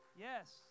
Yes